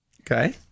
Okay